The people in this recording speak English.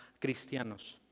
cristianos